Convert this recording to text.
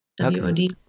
W-O-D